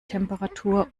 temperatur